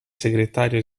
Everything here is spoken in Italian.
segretario